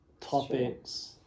topics